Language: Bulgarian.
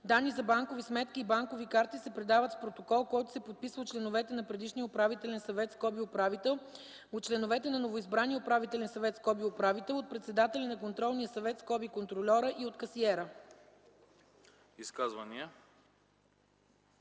данни за банкови сметки и банкови карти се предават с протокол, който се подписва от членовете на предишния управителен съвет (управител), от членовете на новоизбрания управителен съвет (управител), от председателя на контролния съвет (контрольора) и от касиера.”